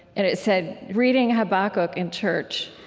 and it said, reading habakkuk in church,